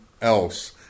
else